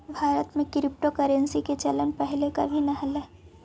भारत में क्रिप्टोकरेंसी के चलन पहिले कभी न हलई